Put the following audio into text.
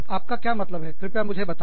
आपका क्या मतलब है कृपया मुझे बताएं